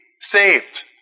saved